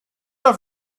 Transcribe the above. off